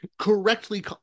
correctly